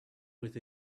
with